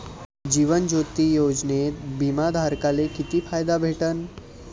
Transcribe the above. जीवन ज्योती योजनेत बिमा धारकाले किती फायदा भेटन?